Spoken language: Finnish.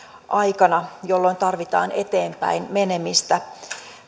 aikana jolloin tarvitaan eteenpäin menemistä